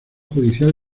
judicial